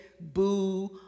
boo